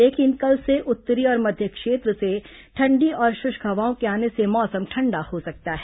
लेकिन कल से उत्तरी और मध्य क्षेत्र से ठंडी और शुष्क हवाओं के आने से मौसम ठंडा हो सकता है